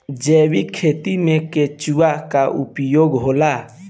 जैविक खेती मे केचुआ का उपयोग होला?